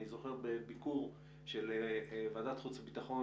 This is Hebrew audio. אני זוכר שבביקור של חלק מוועדת חוץ וביטחון